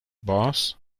boss